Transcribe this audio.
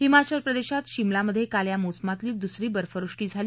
हिमाचल प्रदेशात शिमला मध्ये काल या मोसमातली दुसरी बर्फवृष्टी झाली